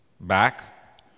back